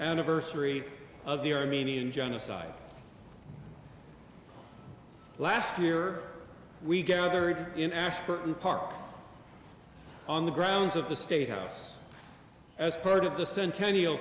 anniversary of the armenian genocide last year we gathered in ashburton park on the grounds of the state house as part of the centennial